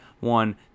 One